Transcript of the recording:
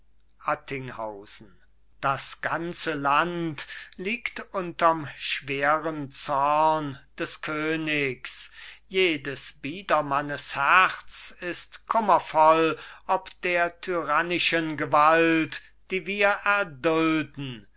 attinghausen das ganze land liegt unterm schweren zorn des königs jedes biedermannes herz ist kummervoll ob der tyrannischen gewalt die wir erdulden